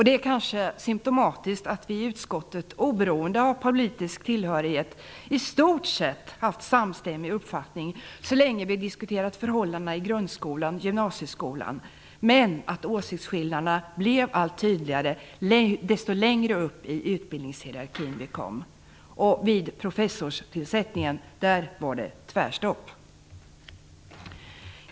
Det är kanske symtomatiskt att vi i utskottet, oberoende av politisk tillhörighet, i stort sett haft samstämmig uppfattning så länge vi diskuterat förhållandena i grundskolan och gymnasieskolan men att åsiktsskillnaderna blev allt tydligare ju högre upp i utbildningshierarkin vi kom. Vid professorstillsättningen var det tvärstopp.